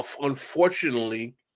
unfortunately